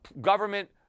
government